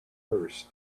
purse